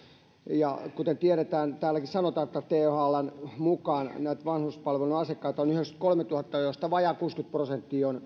kuten tiedetään ja täälläkin sanotaan thln mukaan näitä vanhuspalvelujen asiakkaita on yhdeksänkymmentäkolmetuhatta joista vajaat kuusikymmentä prosenttia on